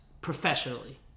professionally